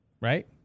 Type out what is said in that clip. right